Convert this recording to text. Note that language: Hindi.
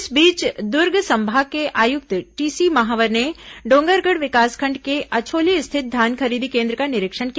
इस बीच दुर्ग संभाग के आयुक्त टीसी महावर ने डोंगरगढ़ विकासखंड के अछोली स्थित धान खरीदी केन्द्र का निरीक्षण किया